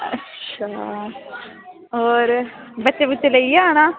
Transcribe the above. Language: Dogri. अच्छा होर बच्चे बुच्चे लेइयै औना